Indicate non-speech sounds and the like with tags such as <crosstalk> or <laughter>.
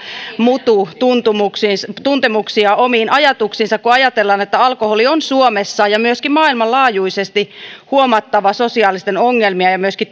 mututuntemuksiin ja omiin ajatuksiinsa kun ajatellaan että alkoholi on suomessa ja myöskin maailmanlaajuisesti huomattava sosiaalisten ongelmien ja myöskin <unintelligible>